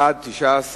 בעד, 19,